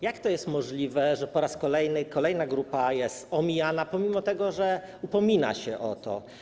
Jak to jest możliwe, że po raz kolejny kolejna grupa jest omijana, pomimo że upomina się o pomoc?